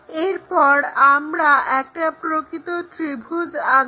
এরপর আমরা একটা প্রকৃত ত্রিভুজ আঁকবো